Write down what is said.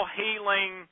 healing